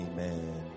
Amen